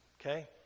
okay